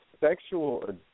sexual